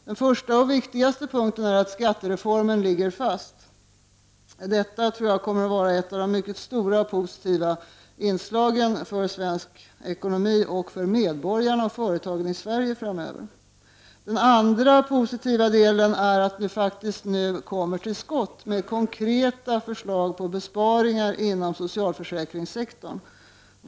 Den första och viktigaste punkten är att skattereformen ligger fast. Detta kommer att vara ett av de mycket stora och positiva inslagen för svensk ekonomi, för medborgarna och för företagen i Sverige framöver. Den andra positiva punkten är att vi nu kommer till skott med konkreta förslag till besparingar inom socialförsäkringssektorn.